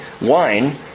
wine